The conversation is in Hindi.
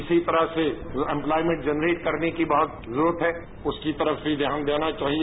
इसी तरह से इम्पलायमेंट जनरेट करने की बहुत जरूरत है उसकी तरफ भी ध्यान देना चाहिए